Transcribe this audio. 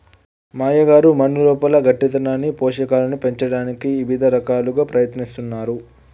మా అయ్యగారు మన్నులోపల గట్టితనాన్ని పోషకాలను పంచటానికి ఇవిద రకాలుగా ప్రయత్నిస్తున్నారు